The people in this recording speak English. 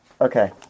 Okay